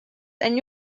and